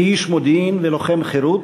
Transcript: כאיש מודיעין ולוחם חירות,